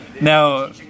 now